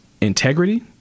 integrity